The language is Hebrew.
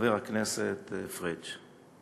חבר הכנסת פריג'.